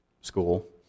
school